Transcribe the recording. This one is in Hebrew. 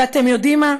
ואתם יודעים מה?